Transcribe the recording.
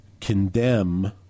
condemn